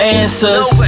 answers